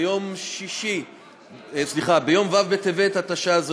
ביום ו' בטבת התשע"ז,